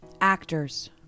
Actors